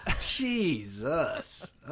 Jesus